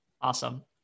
Awesome